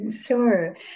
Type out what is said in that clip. Sure